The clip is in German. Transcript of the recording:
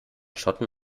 schotten